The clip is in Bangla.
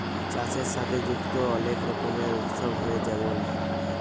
চাষের সাথে যুক্ত অলেক রকমের উৎসব হ্যয়ে যেমল